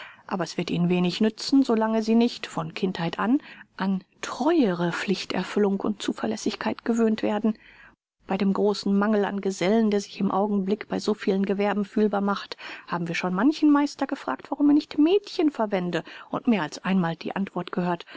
aber es wird ihnen wenig nützen so lange sie nicht von kindheit an an treuere pflichterfüllung und zuverlässigkeit gewöhnt werden bei dem großen mangel an gesellen der sich im augenblick bei so vielen gewerben fühlbar macht haben wir schon manchen meister gefragt warum er nicht mädchen verwende und mehr als einmal die antwort gehört